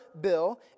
bill